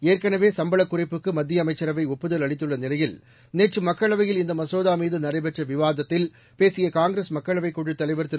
ஏற்கனவே சம்பளக் குறைப்புக்கு மத்திய அமைச்சரவை ஒப்புதல் அளித்துள்ள நிலையில் நேற்று மக்களவையில் இந்த மசோதா மீது நடைபெற்ற விவாதத்தில் பேசிய காங்கிரஸ் மக்களவைக் குழுத் தலைவர் திரு